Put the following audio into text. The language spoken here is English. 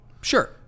sure